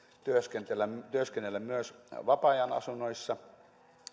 työskennellä myös vapaa ajanasunnoissa